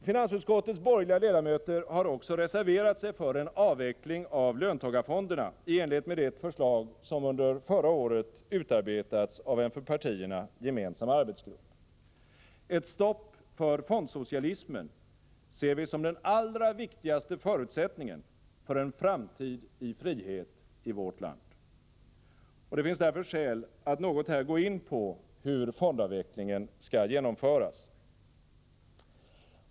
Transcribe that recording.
Finansutskottets borgerliga ledamöter har också reserverat sig för en avveckling av löntagarfonderna, i enlighet med det förslag som under förra året utarbetats av en för partierna gemensam arbetsgrupp. Ett stopp för fondsocialismen ser vi som den allra viktigaste förutsättningen för en framtid i frihet i vårt land. Det finns därför skäl att något här gå in på hur fondavvecklingen skall genomföras.